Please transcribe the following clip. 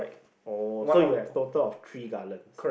oh so you have total of three gallons